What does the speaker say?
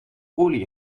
olie